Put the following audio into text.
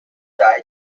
diet